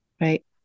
right